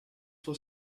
for